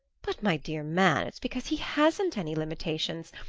but, my dear man, it's because he hasn't any limitations,